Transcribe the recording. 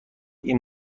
این